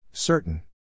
Certain